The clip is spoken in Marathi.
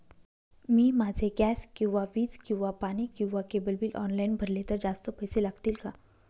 मी माझे गॅस किंवा वीज किंवा पाणी किंवा केबल बिल ऑनलाईन भरले तर जास्त पैसे लागतील का?